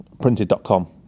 printed.com